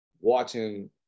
watching